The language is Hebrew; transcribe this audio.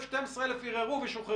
תגידו לו איך אתה יודע?